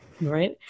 right